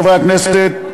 חברי הכנסת,